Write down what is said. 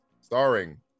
starring